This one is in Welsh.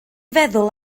feddwl